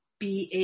BA